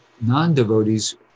non-devotees